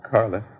Carla